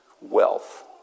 wealth